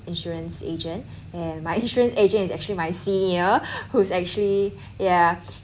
insurance agent and my insurance agent is actually my senior who's actually yeah